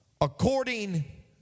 according